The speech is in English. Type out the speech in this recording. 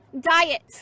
diet